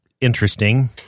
interesting